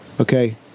Okay